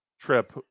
trip